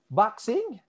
boxing